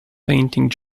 painting